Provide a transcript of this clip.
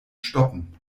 stoppen